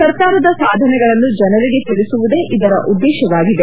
ಸರ್ಕಾರದ ಸಾಧನೆಗಳನ್ನು ಜನರಿಗೆ ತಿಳಿಸುವುದೇ ಇದರ ಉದ್ದೇಶವಾಗಿದೆ